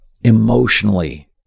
Emotionally